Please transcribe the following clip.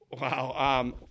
Wow